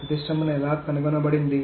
ప్రతిష్టంభన ఎలా కనుగొనబడింది